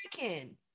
American